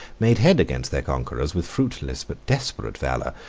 made head against their conquerors with fruitless but desperate valor,